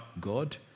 God